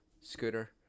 scooter